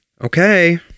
Okay